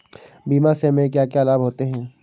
बीमा से हमे क्या क्या लाभ होते हैं?